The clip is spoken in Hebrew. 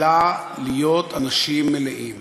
אלא להיות אנשים מלאים.